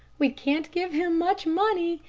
we can't give him much money,